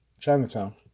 Chinatown